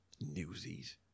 Newsies